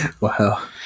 Wow